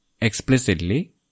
explicitly